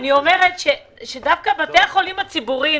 דווקא בתי החולים הציבוריים,